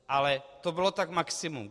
Ale to bylo tak maximum.